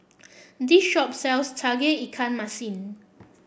this shop sells Tauge Ikan Masin